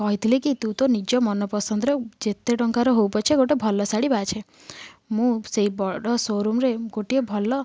କହିଥିଲେ କି ତୁ ତୋ ନିଜ ମନପସନ୍ଦର ଯେତେ ଟଙ୍କାର ହଉ ପଛେ ଗୋଟେ ଭଲ ଶାଢ଼ୀ ବାଛେ ମୁଁ ସେଇ ବଡ଼ ସୋରୁମ ରେ ଗୋଟିଏ ଭଲ